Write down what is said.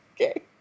Okay